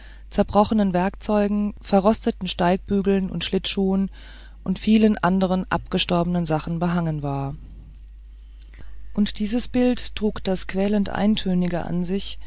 zerbrochenen werkzeugen verrosteten steigbügeln und schlittschuhen und vielerlei anderen abgestorbenen sachen behangen war und dieses bild trug das quälend eintönige an sich